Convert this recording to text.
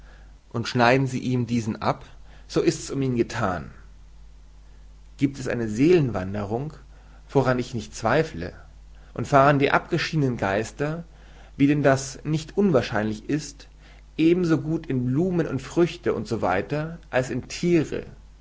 und schneiden sie ihm diesen ab so ist's um ihn gethan giebt es eine seelenwanderung woran ich nicht zweifle und fahren die abgeschiedenen geister wie denn das nicht unwahrscheinlich ist eben so gut in blumen und früchte u s w als in thiere